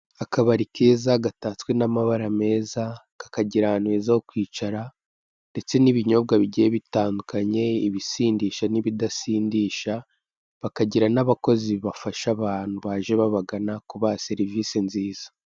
Akabari keza gatatswe n'amabara meza, kakagira ahantu heza ho kwicara ndetse n'ibinyobwa bigiye bitandukanye ibisindisha n'ibiodasindisha, bakagira n'abakozi bafasha abantu baje babagana kubaha serivisi nziza.